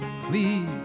Please